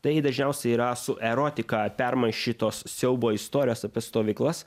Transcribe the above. tai dažniausiai yra su erotika permaišytos siaubo istorijos apie stovyklas